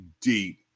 deep